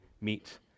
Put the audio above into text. meet